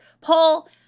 Paul